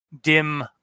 dim